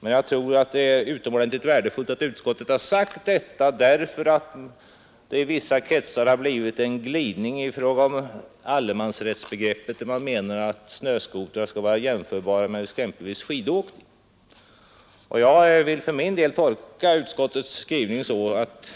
Men jag tror att det är utomordentligt värdefullt att utskottet har sagt detta, därför att det i vissa kretsar har blivit en glidning i fråga om allemansrättsbegreppet. Man menar att snöskotrar skulle vara jämförbara med exempelvis skidåkning. Jag vill för min del tolka utskottets skrivning så, att